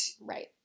right